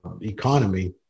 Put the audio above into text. economy